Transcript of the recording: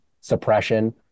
suppression